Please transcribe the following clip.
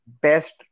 Best